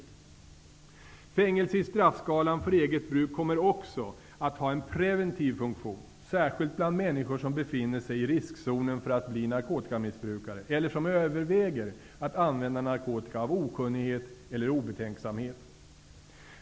Att fängelse ingår i straffskalan för eget bruk kommer också att ha en preventiv funktion, särskilt bland människor som befinner sig i riskzonen för att bli narkotikamissbrukare eller som överväger att använda narkotika av okunnighet eller obetänksamhet.